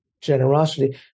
generosity